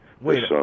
Wait